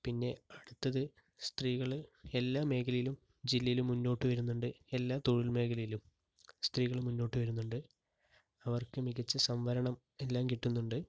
പിന്നെ അടുത്തത് സ്ത്രീകൾ എല്ലാ മേഖലയിലും ജില്ലയിൽ മുന്നോട്ട് വരുന്നുണ്ട് എല്ലാ തൊഴിൽ മേഖലയിലും സ്ത്രീകൾ മുന്നോട്ടു വരുന്നുണ്ട് അവർക്ക് മികച്ച സംവരണം എല്ലാം കിട്ടുന്നുണ്ട്